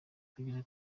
twigeze